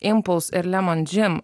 impuls ir lemon džim